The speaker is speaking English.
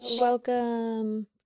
Welcome